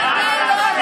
אוה, אוה,